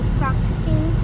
practicing